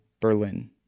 Berlin